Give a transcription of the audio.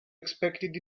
expected